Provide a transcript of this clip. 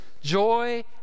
Joy